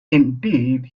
indeed